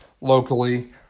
locally